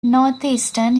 northeastern